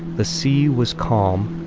the sea was calm,